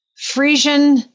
Frisian